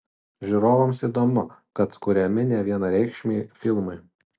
žiūrovams įdomu tad kuriami nevienareikšmiai filmai